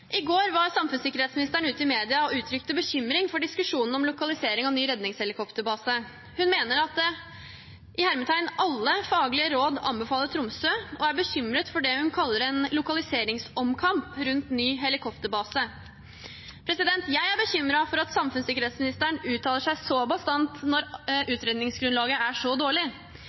I går var samfunnssikkerhetsministeren ute i media og uttrykte bekymring for diskusjonen om lokalisering av ny redningshelikopterbase. Hun mener «alle» faglige råd anbefaler Tromsø, og er bekymret for det hun kaller en lokaliseringsomkamp rundt ny helikopterbase. Jeg er bekymret over at samfunnssikkerhetsministeren uttaler seg så bastant når utredningsgrunnlaget er så dårlig.